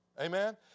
Amen